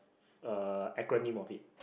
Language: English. uh acronym of it